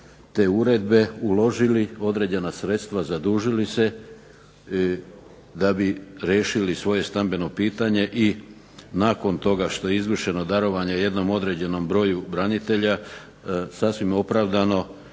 uredbe uložili određena sredstva, zadužili se da bi riješili svoje stambeno pitanje i nakon toga što je izvršeno darovanje jednom određenom broju branitelja, sasvim opravdano